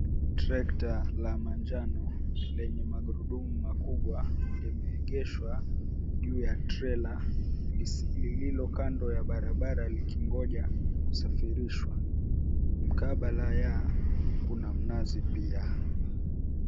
Trekta la manjano, lenye magurudumu makubwa, imeegeshwa juu ya trela lis lililo kando ya barabara likingoja kusafirishwa. Mkabala ya, kuna mnazi pia.